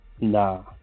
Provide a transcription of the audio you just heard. Nah